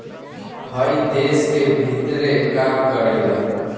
हइ देश के भीतरे काम करेला